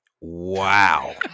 Wow